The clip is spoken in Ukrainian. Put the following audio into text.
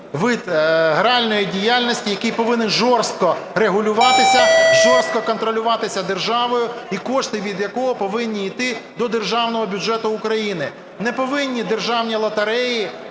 вид гральної діяльності, який повинен жорстко регулюватися, жорстко контролюватися державою, і кошти від якого повинні йти до державного бюджету України. Не повинні державні лотереї